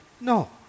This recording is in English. No